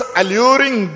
alluring